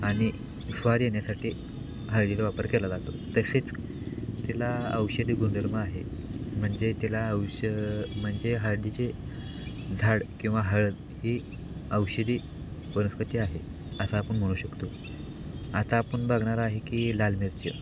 आणि स्वाद येण्यासाठी हळदीचा वापर केला जातो तसेच तिला औषधी गुणधर्म आहे म्हणजे तिला औष म्हणजे हळदीचे झाड किंवा हळद ही औषधी वनस्पती आहे असं आपण म्हणू शकतो आता आपण बघणार आहे की लाल मिर्च